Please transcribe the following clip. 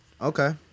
Okay